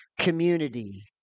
community